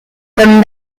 comme